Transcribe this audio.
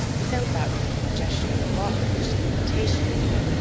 without that word's suggestion of allotment and limitation.